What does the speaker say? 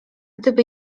gdyby